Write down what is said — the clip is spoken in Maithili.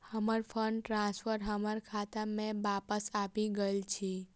हमर फंड ट्रांसफर हमर खाता मे बापस आबि गइल अछि